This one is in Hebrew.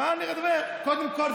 קודם כול,